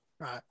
Right